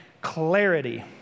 clarity